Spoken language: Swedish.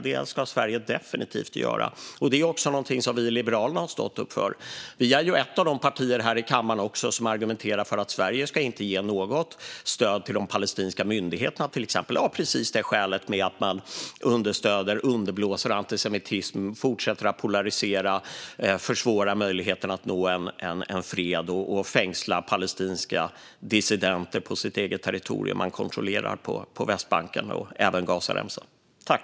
Det ska Sverige definitivt göra. Det är också något som vi liberaler har stått upp för. Liberalerna är ett av de partier i kammaren som argumenterar för att Sverige inte ska ge något stöd till de palestinska myndigheterna, av precis skälet att man då understöder och underblåser antisemitism, att de kan fortsätta att polarisera och försvåra möjligheterna att nå en fred och fängsla palestinska dissidenter på det territorium som de kontrollerar på Västbanken och Gazaremsan.